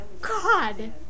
God